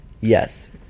Yes